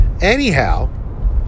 Anyhow